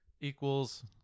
equals